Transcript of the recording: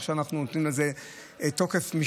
ועכשיו אנחנו נותנים לזה משנה תוקף,